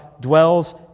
dwells